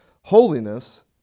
Holiness